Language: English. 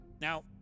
Now